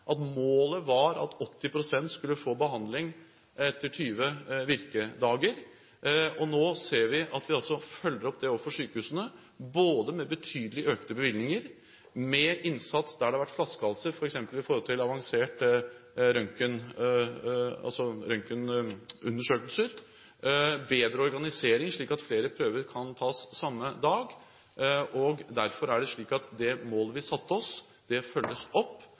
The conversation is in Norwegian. at målet var at 80 pst. skulle få behandling etter 20 virkedager. Nå ser vi at vi følger opp det overfor sykehusene, både med betydelig økte bevilgninger, med innsats der det har vært flaskehalser – f.eks. i forbindelse med avanserte røntgenundersøkelser – og med bedre organisering, slik at flere prøver kan tas samme dag. Derfor er det slik at det målet vi satte oss, følges opp.